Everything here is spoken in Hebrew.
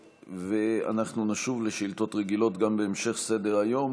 ואנחנו נשוב לשאילתות רגילות גם בהמשך סדר-היום.